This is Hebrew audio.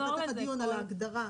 דיברנו בפתח הדיון על ההגדרה.